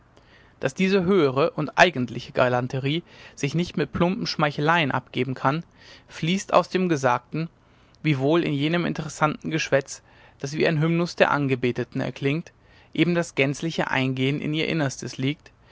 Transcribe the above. daß diese höhere und eigentliche galanterie sich nicht mit plumpen schmeicheleien abgeben kann fließt aus dem gesagten wiewohl in jenem interessanten geschwätz das wie ein hymnus der angebeteten erklingt eben das gänzliche eingehen in ihr innerstes liegt